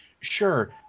Sure